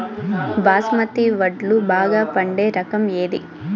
బాస్మతి వడ్లు బాగా పండే రకం ఏది